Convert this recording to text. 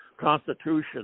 Constitution